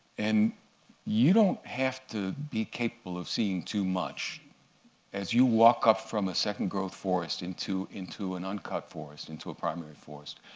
and you don't have to be capable of seeing too much as you walk up from a second-growth forest into an and uncut forest, into a primary forest,